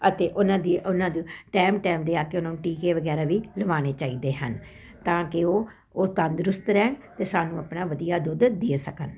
ਅਤੇ ਉਹਨਾਂ ਦੀ ਉਹਨਾਂ ਦੀ ਟਾਈਮ ਟਾਈਮ ਦੇ ਆ ਕੇ ਉਹਨਾਂ ਨੂੰ ਟੀਕੇ ਵਗੈਰਾ ਵੀ ਲਵਾਉਣੇ ਚਾਹੀਦੇ ਹਨ ਤਾਂ ਕਿ ਉਹ ਉਹ ਤੰਦਰੁਸਤ ਰਹਿਣ ਅਤੇ ਸਾਨੂੰ ਆਪਣਾ ਵਧੀਆ ਦੁੱਧ ਦੇ ਸਕਣ